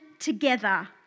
together